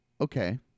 okay